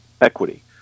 equity